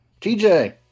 TJ